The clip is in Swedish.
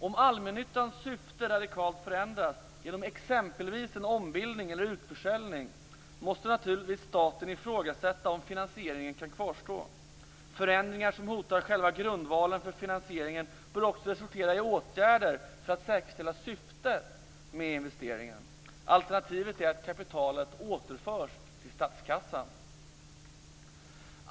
Om allmännyttans syfte radikalt förändrats genom exempelvis ombildning eller utförsäljning måste naturligtvis staten ifrågasätta om finansieringen kan kvarstå. Förändringar som hotar själva grundvalen för finansieringen bör också resultera i åtgärder för att säkerställa syftet med investeringen. Alternativet är att kapitalet återförs till statskassan.